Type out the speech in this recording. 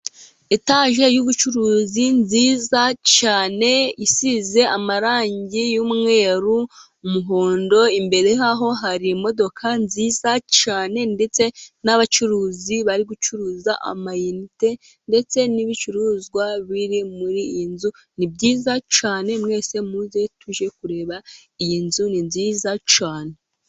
Etage y'ubucuruzi nziza cyane, isize amarangi y'umweru, umuhondo, imbere yaho hari imodoka nziza cyane, ndetse n'abacuruzi bari gucuruza amayinite, ndetse n'ibicuruzwa biri muri iyi nzu nibyiza cyane, mwese muze tuje kureba iyi nzu ni nziza cyane.